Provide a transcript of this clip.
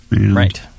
Right